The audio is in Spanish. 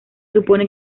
supone